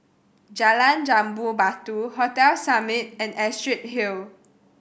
Jalan Jambu Batu Hotel Summit and Astrid Hill